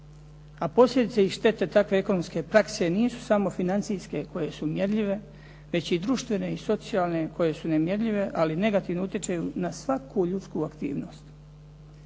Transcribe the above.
A posljedice i štete takve ekonomske prakse nisu samo financijske koje su mjerljive već i društvene i socijalne koje su nemjerljive. Ali negativno utječe na svaku ljudsku aktivnost.